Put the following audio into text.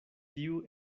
tiu